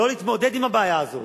לא להתמודד עם הבעיה הזאת,